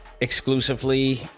exclusively